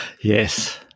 yes